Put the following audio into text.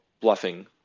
bluffing